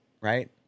right